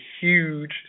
huge